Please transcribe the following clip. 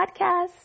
podcast